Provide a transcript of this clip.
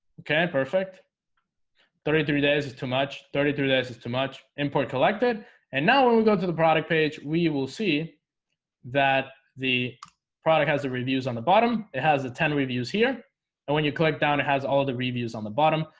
okay, perfect thirty three days is too much. thirty three days is too much import collected and now when we go to the product page, we will see that the product has the reviews on the bottom. it has a ten reviews here and when you click down it has all the reviews on the bottom.